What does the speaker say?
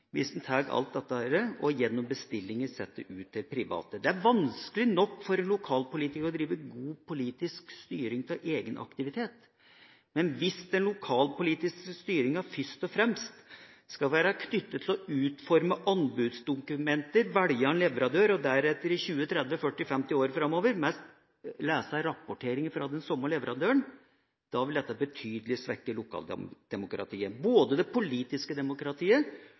en tar alt dette og gjennom bestillinger setter det ut til private? Det er vanskelig nok for en lokalpolitiker å drive god politisk styring av egenaktivitet. Men hvis den lokalpolitiske styringa først og fremst skal være knyttet til å utforme anbudsdokumenter, velge en leverandør og deretter i 20–30–40–50 år framover lese rapporteringer fra den samme leverandøren, vil dette betydelig svekke lokaldemokratiet, både det politiske demokratiet